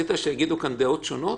אתה רוצה להכשיל את החוק בוא נכשיל אותו.